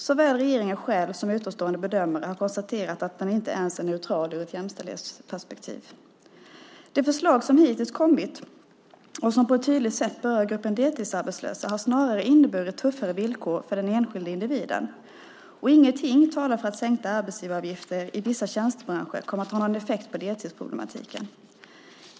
Såväl regeringen själv som utomstående bedömare har konstaterat att den inte ens är neutral ur ett jämställdhetsperspektiv. De förslag som hittills kommit och som på ett tydligt sätt berör gruppen deltidsarbetslösa har snarare inneburit tuffare villkor för den enskilde individen. Ingenting talar för att sänkta arbetsgivaravgifter i vissa tjänstebranscher kommer att ha någon effekt på deltidsproblematiken.